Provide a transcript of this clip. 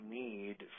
need